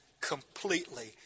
completely